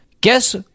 Guess